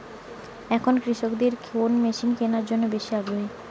এখন কৃষকদের কোন মেশিন কেনার জন্য বেশি আগ্রহী?